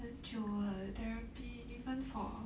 很久 uh therapy even for